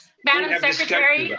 madam secretary.